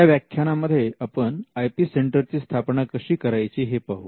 या व्याख्यानामध्ये आपण आय पी सेंटरची स्थापना कशी करायची हे पाहू